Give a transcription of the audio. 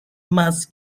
más